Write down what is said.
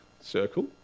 circle